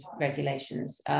regulations